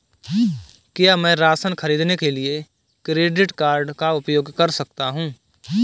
क्या मैं राशन खरीदने के लिए क्रेडिट कार्ड का उपयोग कर सकता हूँ?